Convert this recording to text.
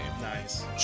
Nice